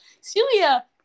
Celia